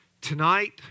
Tonight